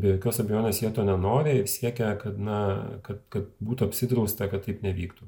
be jokios abejonės jie to nenori siekia kad na kad kad būtų apsidrausta kad taip nevyktų